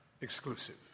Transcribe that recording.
exclusive